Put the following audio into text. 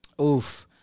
Oof